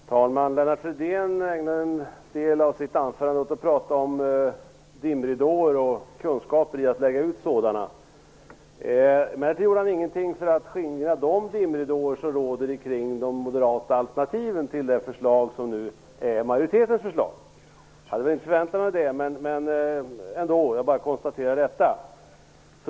Herr talman! Lennart Fridén ägnar en del av sitt anförande åt att prata om dimridåer och kunskaper i att lägga ut sådana. Ändå gjorde han ingenting för att skingra de dimridåer som ligger kring de moderata alternativen till det som nu är majoritetens förslag. Jag hade väl inte förväntat mig det, men jag vill konstatera det.